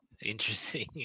Interesting